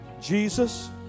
Jesus